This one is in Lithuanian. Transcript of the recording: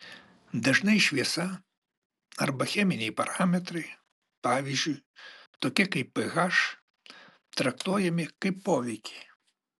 dažnai šviesa arba cheminiai parametrai pavyzdžiui tokie kaip ph traktuojami kaip poveikiai